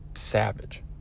savage